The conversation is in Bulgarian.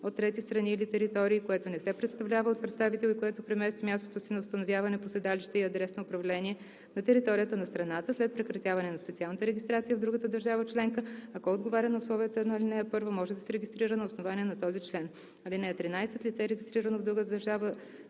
от трети страни или територии, което не се представлява от представител и което премести мястото си на установяване по седалище и адрес на управление на територията на страната, след прекратяване на специалната регистрация в другата държава членка, ако отговаря на условията на ал. 1, може да се регистрира на основание на този член. (13) Лице, регистрирано в друга държава